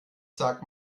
sag